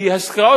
כי השקעות